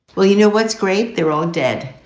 well, you know what's great? they're all dead.